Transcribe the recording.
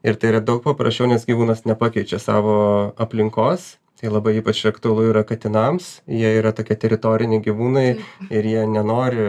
ir tai yra daug paprasčiau nes gyvūnas nepakeičia savo aplinkos tai labai ypač aktualu yra katinams jie yra tokie teritoriniai gyvūnai ir jie nenori